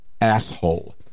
Asshole